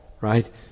Right